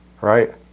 right